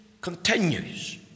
continues